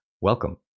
welcome